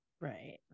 right